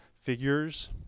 figures